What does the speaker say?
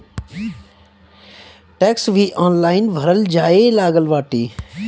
tax भी online भरल जाए लागल बाटे